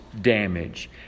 damage